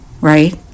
right